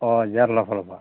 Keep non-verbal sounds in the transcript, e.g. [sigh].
[unintelligible]